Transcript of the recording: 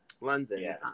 London